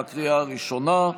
בקריאה הראשונה.